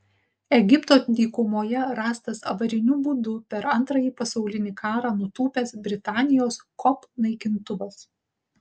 egipto dykumoje rastas avariniu būdu per antrąjį pasaulinį karą nutūpęs britanijos kop naikintuvas